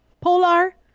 Polar